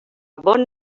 bon